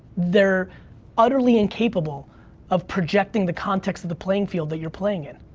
they're utterly incapable of projecting the context of the playing field that you're playing in.